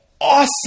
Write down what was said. awesome